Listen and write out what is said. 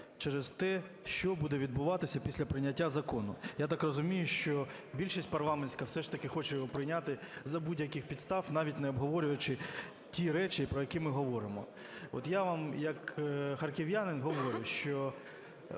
через те, що буде відбуватися після прийняття закону. Я так розумію, що більшість парламентська все ж таки хоче його прийняти за будь-яких підстав, навіть не обговорюючи ті речі, про які ми говоримо. От я вам як харків'янин говорю, що